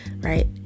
right